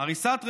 הריסת רכוש,